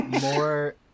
more